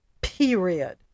period